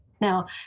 Now